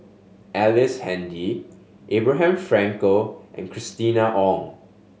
Ellice Handy Abraham Frankel and Christina Ong